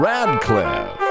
Radcliffe